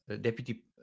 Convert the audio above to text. deputy